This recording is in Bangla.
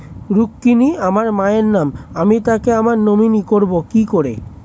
রুক্মিনী আমার মায়ের নাম আমি তাকে আমার নমিনি করবো কি করে?